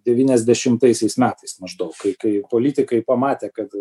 devyniasdešimtaisiais metais maždaug kai kai politikai pamatė kad